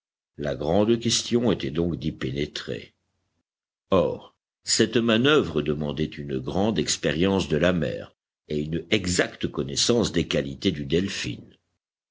la grande question était donc d'y pénétrer r cette manœuvre demandait une grande expérience de la mer et une exacte connaissance des qualités du delphin